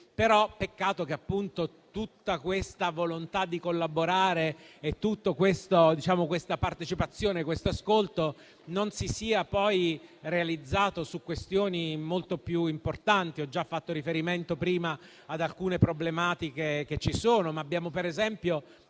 Però peccato che tutta questa volontà di collaborare, tutta questa partecipazione e questo ascolto non si siano poi realizzati su questioni molto più importanti. Ho già fatto riferimento prima ad alcune problematiche che ci sono, ma abbiamo ad esempio